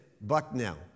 Bucknell